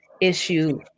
issue